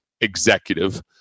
executive